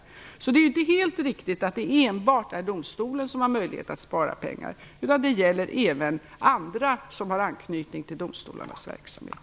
Därför är det inte helt riktigt att det bara är domstolen som har möjlighet att spara pengar, utan det gäller även andra som har anknytning till domstolarnas verksamhet.